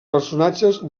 personatges